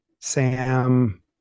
Sam